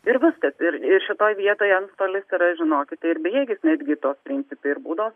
ir viskas ir šitoj vietoj antstolis yra žinokite ir bejėgis netgi to principo ir baudos